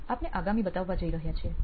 અમે આપને આગામી બતાવવા જય રહ્યા છીએ